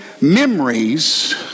memories